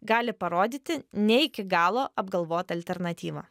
gali parodyti ne iki galo apgalvotą alternatyvą